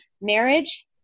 marriage